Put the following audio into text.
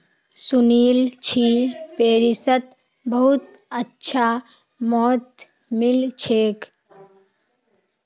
सुनील छि पेरिसत बहुत अच्छा मोति मिल छेक